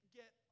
get